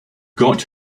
got